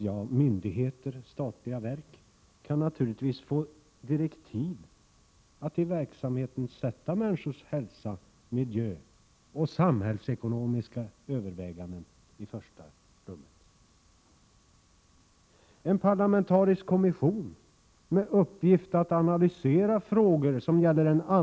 Ja, myndigheter och statliga verk kan naturligtvis få direktiv att i verksamheten sätta människors hälsa och miljö samt samhällsekonomiska överväganden i första rummet. En parlamentarisk kommission borde tillsättas, med uppgift att analysera frågor som gäller en annan Prot.